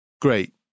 Great